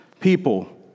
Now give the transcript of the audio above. people